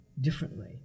differently